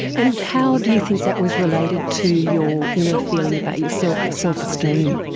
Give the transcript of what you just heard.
and how do you think that was related to your inner feeling about yourself, your self-esteem?